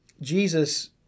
Jesus